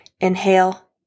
Inhale